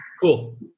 Cool